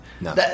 No